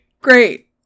Great